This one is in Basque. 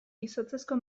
izotzezko